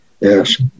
Yes